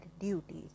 duties